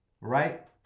right